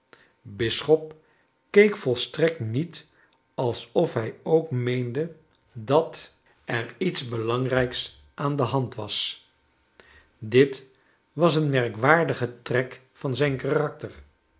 bisschop keek volstrekt niet alsof hij ook meende dat er iets belangrijks aan de hand was dit was een merkwaardige trek van zijn karakter